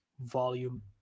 volume